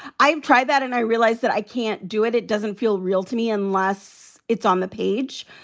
i try that and i realize that i can't do it. it doesn't feel real to me unless it's on the page.